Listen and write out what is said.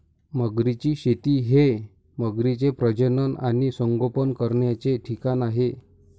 मगरींची शेती हे मगरींचे प्रजनन आणि संगोपन करण्याचे ठिकाण आहे